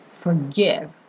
Forgive